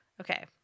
Okay